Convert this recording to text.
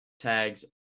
tags